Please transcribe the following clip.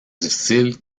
difficile